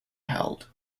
held